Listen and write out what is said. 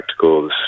practicals